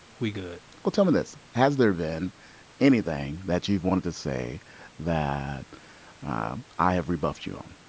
we good well, tell me this, has there been anything that you've wanted to say that i have rebuffed you um